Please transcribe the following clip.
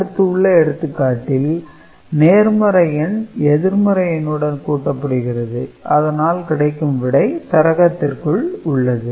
அடுத்து உள்ள எடுத்துக்காட்டில் நேர்மறை எண் எதிர்மறை எண்ணுடன் கூட்டப்படுகிறது அதனால் கிடைக்கும் விடை சரகத்திற்குள் உள்ளது